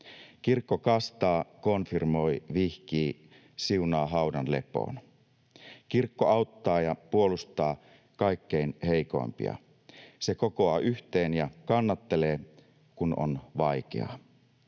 Kirkko kastaa, konfirmoi, vihkii, siunaa haudan lepoon. Kirkko auttaa ja puolustaa kaikkein heikoimpia. Se kokoaa yhteen ja kannattelee, kun on vaikeaa.